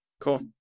Cool